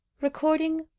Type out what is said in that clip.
Recording